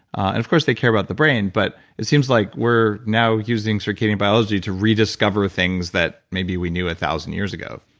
and of course, they care about the brain, but it seems like we're now using circadian biology to rediscover things that maybe we knew it a thousand years ago.